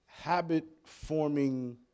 habit-forming